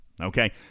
Okay